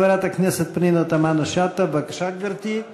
חברת הכנסת פנינה תמנו-שטה, בבקשה, גברתי.